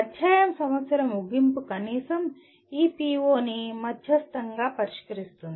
అధ్యాయం సమస్యల ముగింపు కనీసం ఈ PO ని మధ్యస్తంగా పరిష్కరిస్తుంది